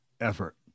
effort